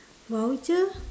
voucher